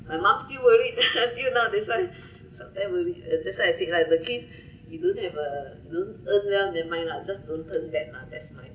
my mum still worried until that's why sometimes really that's why I said lah the kids you don't have a you don't earn well never mind lah just don't turn bad lah that's my